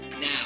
Now